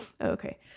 Okay